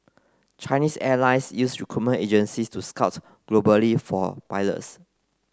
Chinese Airlines use recruitment agencies to scout globally for pilots